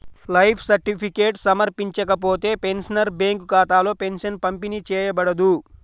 life certificate సమర్పించకపోతే, pensioner bank ఖాతాలో pension పంపిణీ చేయబడదు